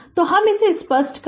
तो हम इसे स्पष्ट करते है